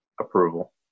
approval